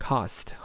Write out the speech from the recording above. Cost